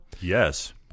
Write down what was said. Yes